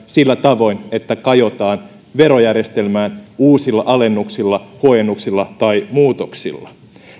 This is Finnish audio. sillä tavoin että kajotaan verojärjestelmään uusilla alennuksilla huojennuksilla tai muutoksilla